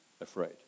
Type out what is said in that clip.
afraid